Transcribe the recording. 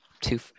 Two